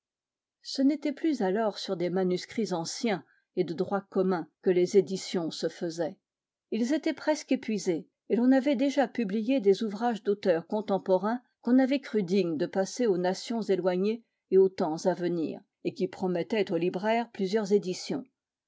ce n'était plus alors sur des manuscrits anciens et de droit commun que les éditions se faisaient ils étaient presque épuisés et l'on avait déjà publié des ouvrages d'auteurs contemporains qu'on avait crus dignes de passer aux nations éloignées et aux temps à venir et qui promettaient au libraire plusieurs éditions